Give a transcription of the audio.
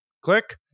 click